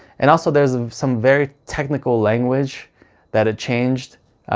and also, there's some very technical language that it changed.